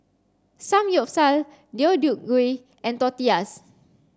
Samgyeopsal Deodeok Gui and Tortillas